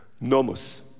Nomos